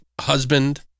husband